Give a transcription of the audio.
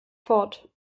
fort